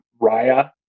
raya